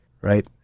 right